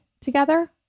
together